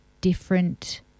different